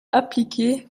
appliquée